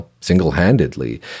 single-handedly